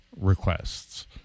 requests